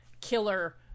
killer